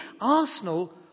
Arsenal